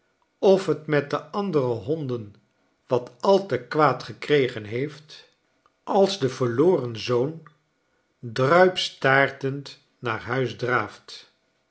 of t met de andere honden wat al te kwaad gekregen heeft als de verloren zoon druipstaartend naar huis draaft